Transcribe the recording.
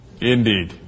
Indeed